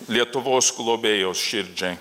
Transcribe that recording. lietuvos globėjos širdžiai